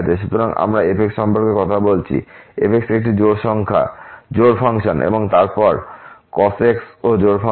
সুতরাং আমরা f সম্পর্কে কথা বলছি f একটি জোড় ফাংশন এবং তারপর cos x ও জোড় ফাংশন